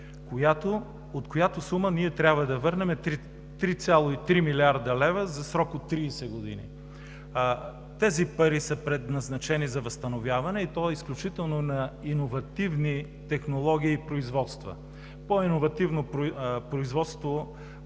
от която сума ние трябва да върнем 3,3 млрд. лв. за срок от 30 години. Тези пари са предназначени за възстановяване, и то изключително на иновативни технологии и производства. По-иновативно производство